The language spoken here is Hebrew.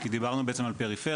כי דיברנו בעצם על פריפריה,